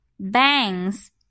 Bangs